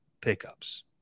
pickups